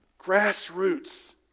Grassroots